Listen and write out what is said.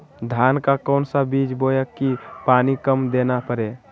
धान का कौन सा बीज बोय की पानी कम देना परे?